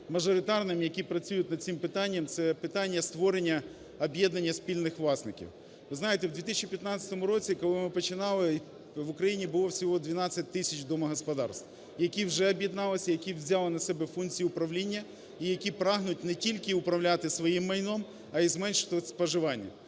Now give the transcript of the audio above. мажоритарним. Які працюють над цим питанням - це питання створення об'єднання спільних власників. Ви знаєте, в 2015 році, коли ми починали, в Україні було всього 12 тисяч домогосподарств, які вже об'єдналися і які взяли на себе функцію управління, і які прагнуть не тільки управляти своїм майном, а й зменшити споживання.